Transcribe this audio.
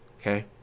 Okay